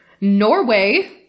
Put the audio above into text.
Norway